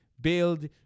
Build